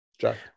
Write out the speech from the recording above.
Jack